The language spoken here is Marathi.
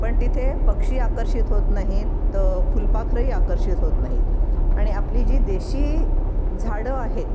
पण तिथे पक्षी आकर्षित होत नाहीत फुलपाखरंही आकर्षित होत नाहीत आणि आपली जी देशी झाडं आहेत